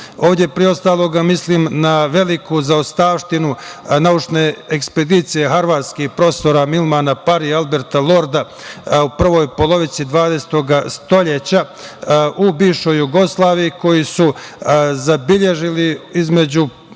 pre svega mislim na veliku zaostavštinu naučne ekspedicije harvardskih prostora Milmana Parija, Alberta Lorda u prvoj polovini XX veka u bivšoj Jugoslaviji koji su zabeležili između